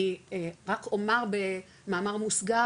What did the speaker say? אני רק אומר במאמר מוסגר,